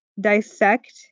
dissect